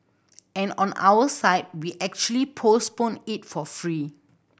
and on our side we actually postpone it for free